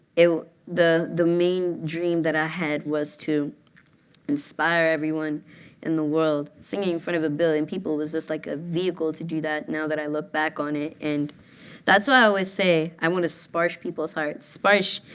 the the main dream that i had was to inspire everyone in the world. singing in front of a billion people was just like a vehicle to do that, now that i look back on it. and that's why i always say. i want to sparsh people's hearts. sparsh,